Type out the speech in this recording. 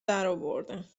درآوردن